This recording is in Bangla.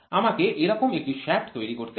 আমাকে এরকম একটি শ্যাফ্ট তৈরি করতে হবে